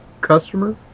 customer